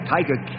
Tiger